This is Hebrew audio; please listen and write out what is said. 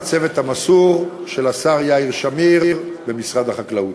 לצוות המסור של השר יאיר שמיר במשרד החקלאות.